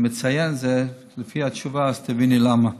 אני מציין את זה, לפי התשובה תביני למה.